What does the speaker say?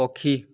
ପକ୍ଷୀ